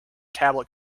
tablet